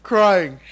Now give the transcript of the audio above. Crying